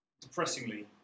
depressingly